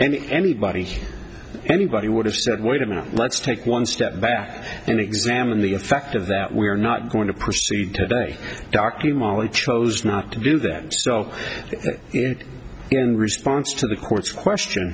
and anybody anybody would have said wait a minute let's take one step back and examine the effect of that we're not going to proceed to very darkly molly chose not to do that so in response to the court's question